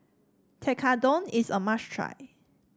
tekkadon is a must try